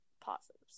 positives